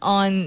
on